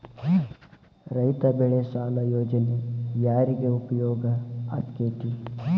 ರೈತ ಬೆಳೆ ಸಾಲ ಯೋಜನೆ ಯಾರಿಗೆ ಉಪಯೋಗ ಆಕ್ಕೆತಿ?